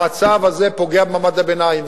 המצב הזה פוגע במעמד הביניים.